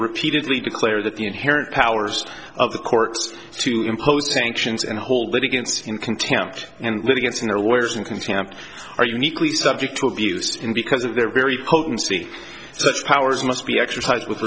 repeatedly declare that the inherent powers of the courts to impose sanctions and hold it against in contempt and litigants in their lawyers in contempt are uniquely subject to abuse and because of their very potency such powers must be exercised with